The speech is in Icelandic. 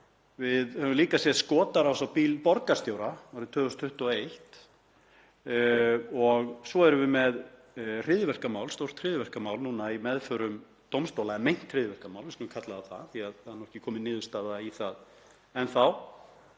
Við höfum líka séð skotárás á bíl borgarstjóra árið 2021 og svo erum við með stórt hryðjuverkamál núna í meðförum dómstóla, eða meint hryðjuverkamál, við skulum kalla það það því að ekki er komin niðurstaða í það enn þá.